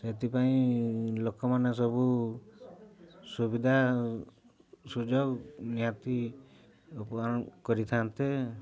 ସେଥିପାଇଁ ଲୋକମାନେ ସବୁ ସୁବିଧା ସୁଯୋଗ ନିହାତି କରିଥାନ୍ତେ